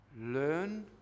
learn